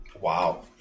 Wow